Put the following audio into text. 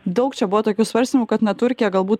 daug čia buvo tokių svarstymų kad na turkija galbūt